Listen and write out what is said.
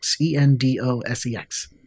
E-N-D-O-S-E-X